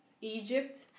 Egypt